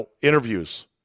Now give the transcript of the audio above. interviews